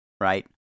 right